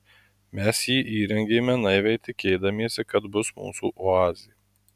mes jį įrengėme naiviai tikėdamiesi kad bus mūsų oazė